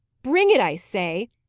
bring it, i say!